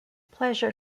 pleasure